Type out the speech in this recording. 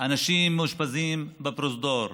אנשים מאושפזים בפרוזדור.